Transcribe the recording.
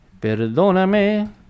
Perdóname